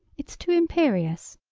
it's too imperious.